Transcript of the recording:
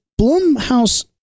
Blumhouse